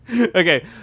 okay